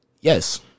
Yes